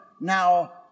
now